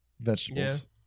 vegetables